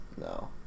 No